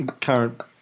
current